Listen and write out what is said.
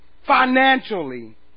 financially